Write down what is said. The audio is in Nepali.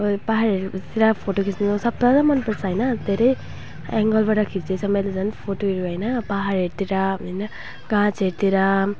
हो यो पाहाडहरूतिर फोटो खिच्नु सबलाई त मन पर्छ हैन धेरै एङ्गलबाट खिचेछ मैले झन् फोटोहरू हैन पाहाडहरूतिर हैन गाछहरूतिर